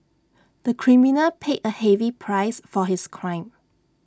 the criminal paid A heavy price for his crime